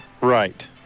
Right